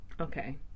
okay